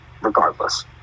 regardless